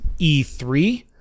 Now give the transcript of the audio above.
E3